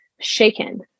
shaken